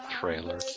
Trailer